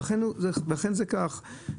ואכן זה כך.